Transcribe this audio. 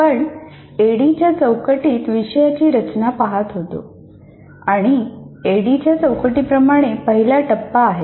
आपण ऍडीच्या चौकटीत विषयाची रचना पाहत होतो आणि ऍडीच्या चौकटी प्रमाणे पहिला टप्पा आहे